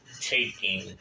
taking